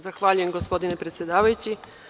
Zahvaljujem gospodine predsedavajući.